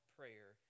prayer